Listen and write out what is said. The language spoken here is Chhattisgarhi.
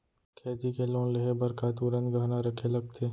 खेती के लोन लेहे बर का तुरंत गहना रखे लगथे?